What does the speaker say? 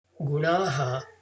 Gunaha